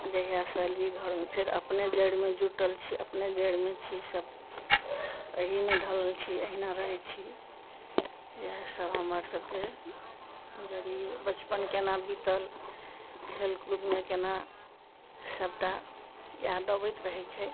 जहिया से एलियै अपने जड़िमे जुटल छी अपने जड़िमे छी सभ एहिमे ढलल छी अहिना रहैत छी इएहसभ हमरसभके जड़ि बचपन केना बितल खेलकूदमे केना सभटा याद अबैत रहैत छै